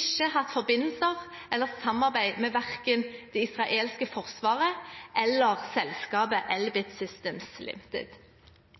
ikke hatt forbindelser eller samarbeid med verken det israelske forsvaret eller selskapet Elbit Systems Ltd.